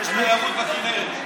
יש תיירות בכינרת.